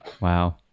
Wow